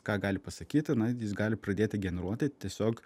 ką gali pasakyti na jis gali pradėti generuoti tiesiog